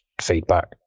feedback